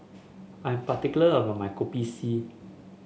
I am particular about my Kopi C